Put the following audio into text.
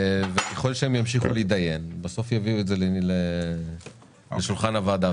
הם ימשיכו להתדיין ויביאו את זה לשולחן הוועדה.